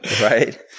right